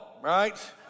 right